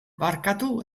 barkatu